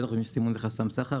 אם יש סימון זה בטח חסם חסר.